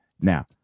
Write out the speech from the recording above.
now